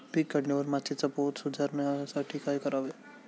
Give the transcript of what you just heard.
पीक काढल्यावर मातीचा पोत सुधारण्यासाठी काय करावे?